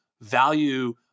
value